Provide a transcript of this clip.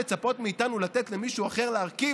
לצפות מאיתנו לתת למישהו אחר להרכיב,